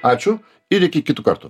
ačiū ir iki kito karto